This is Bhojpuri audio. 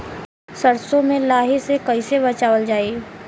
सरसो में लाही से कईसे बचावल जाई?